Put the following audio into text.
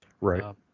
right